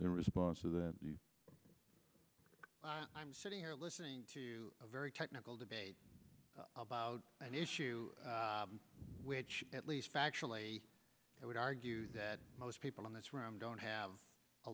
in response to that i'm sitting here listening to a very technical debate about an issue which at least factually i would argue that most people in this room don't have a